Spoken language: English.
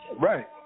Right